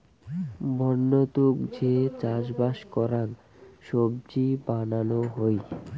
বন্য তুক যে চাষবাস করাং সবজি বানানো হই